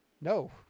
No